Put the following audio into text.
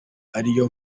ariyo